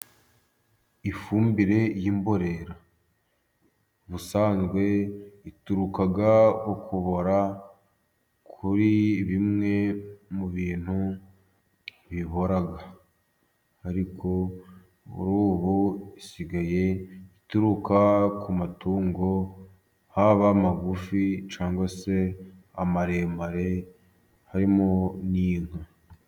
Ifumbire y'imborera, ubusanzwe ituruka ku kubora kuri bimwe mu bintu bibora, ariko muri ubu isigaye ituruka ku matungo haba magufi cyangwa se amaremare, harimo n'inka.